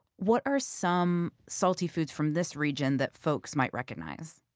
what are some salty foods from this region that folks might recognize?